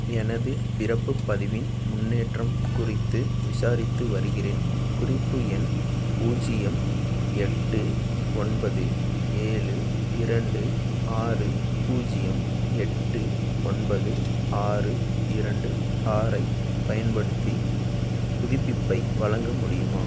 எனது பிறப்புப் பதிவின் முன்னேற்றம் குறித்து விசாரித்து வருகிறேன் குறிப்பு எண் பூஜ்ஜியம் எட்டு ஒன்பது ஏழு இரண்டு ஆறு பூஜ்ஜியம் எட்டு ஒன்பது ஆறு இரண்டு ஆறைப் பயன்படுத்தி புதுப்பிப்பை வழங்க முடியுமா